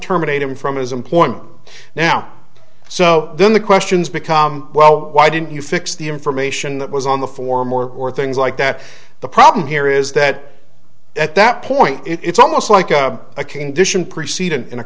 terminate him from his employment now so then the questions become well why didn't you fix the information that was on the form or or things like that the problem here is that at that point it's almost like a condition preceding in a